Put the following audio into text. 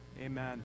amen